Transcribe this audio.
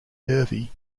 hervey